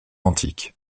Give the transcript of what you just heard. antiques